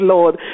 Lord